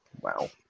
Wow